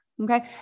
Okay